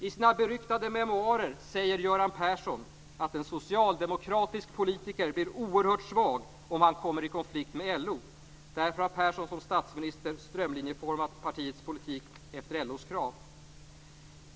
I sina beryktade memoarer säger Göran Persson att en socialdemokratisk politiker blir oerhört svag om han kommer i konflikt med LO. Därför har Persson som statsminister strömlinjeformat partiets politik efter LO:s krav.